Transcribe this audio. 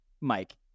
Mike